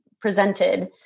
presented